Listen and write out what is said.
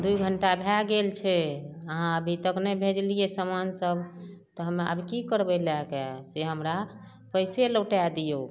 दुइ घंटा भए गेल छै अहाँ अभी तक नहि भेजलियै समान सब तऽ हम आब की करबै लए कऽ से हमरा पैसे लौटए दियौ